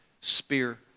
spear